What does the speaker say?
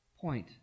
point